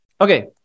Okay